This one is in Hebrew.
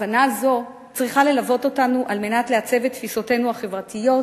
הבנה זו צריכה ללוות אותנו על מנת לעצב את תפיסותינו החברתיות,